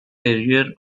terrier